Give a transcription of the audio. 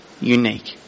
unique